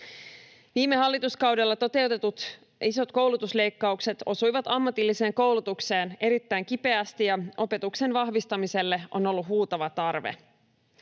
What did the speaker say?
Viime hallituskaudella toteutetut isot koulutusleikkaukset osuivat ammatilliseen koulutukseen erittäin kipeästi, ja opetuksen vahvistamiselle on ollut huutava tarve.